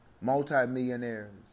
multi-millionaires